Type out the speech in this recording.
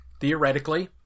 theoretically